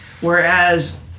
whereas